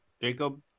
Jacob